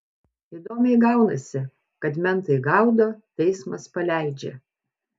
įdomiai gaunasi kad mentai gaudo teismas paleidžia